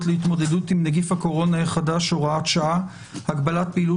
להתמודדות עם נגיף הקורונה החדש (הוראת שעה) (הגבלת פעילות